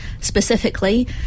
specifically